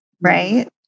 Right